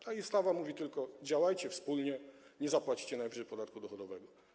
Ta ustawa mówi tylko: działajcie wspólnie, nie zapłacicie najwyżej podatku dochodowego.